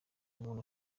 muntu